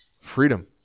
freedom